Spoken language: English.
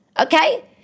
okay